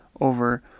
over